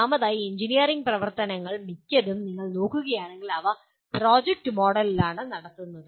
ഒന്നാമതായി എഞ്ചിനീയറിംഗ് പ്രവർത്തനങ്ങൾ മിക്കതും നിങ്ങൾ നോക്കുകയാണെങ്കിൽ അവ പ്രോജക്ട് മോഡിലാണ് നടത്തുന്നത്